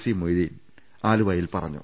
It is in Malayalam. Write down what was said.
സി മൊയ്തീൻ ആലുവയിൽ പറഞ്ഞു